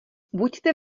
buďte